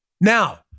Now